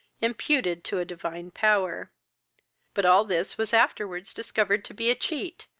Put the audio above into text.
imputed to a divine power but all this was afterwards discovered to be a cheat,